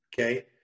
Okay